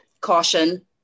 caution